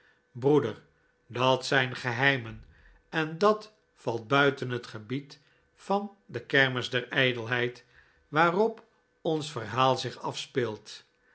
broeder dat zijn geheimen en dat valt buiten het gebied van de kermis der ijdelheid waarop ons verhaal zich afspeelt